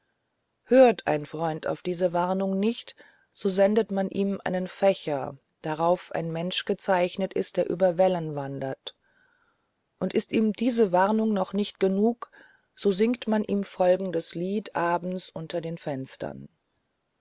hört ein freund auf diese warnung nicht so sendet man ihm einen fächer darauf ein mensch gezeichnet ist der über wellen wandert und ist ihm diese warnung noch nicht genug so singt man ihm folgendes lied abends unter den fenstern